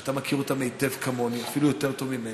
שאתה מכיר אותם היטב, כמוני, אפילו יותר טוב ממני.